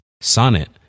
Sonnet